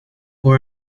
who